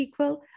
SQL